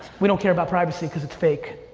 we don't care about privacy cause it's fake.